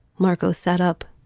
marco set up.